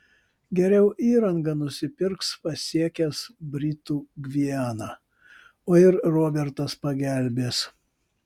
geriau įrangą nusipirks pasiekęs britų gvianą o ir robertas pagelbės